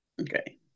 Okay